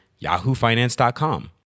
yahoofinance.com